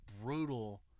brutal